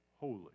holy